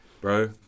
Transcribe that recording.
bro